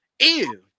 Ew